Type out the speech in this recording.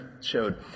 showed